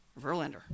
Verlander